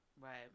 Right